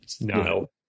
No